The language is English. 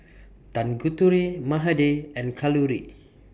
Tanguturi Mahade and Kalluri